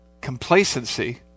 complacency